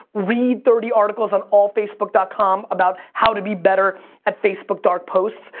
read thirty articles on allfacebook dot com about how to be better at facebook dark posts.